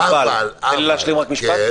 תן לי להשלים משפט.